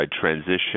transition